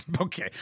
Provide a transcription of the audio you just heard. Okay